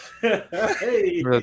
Hey